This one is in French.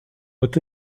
ont